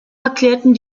erklärten